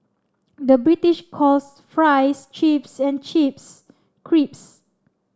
the British calls fries chips and chips crisps